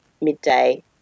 midday